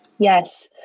Yes